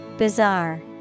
Bizarre